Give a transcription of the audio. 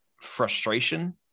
frustration